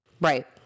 Right